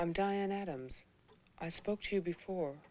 i'm diane adams i spoke to before